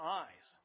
eyes